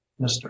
mr